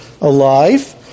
alive